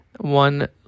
one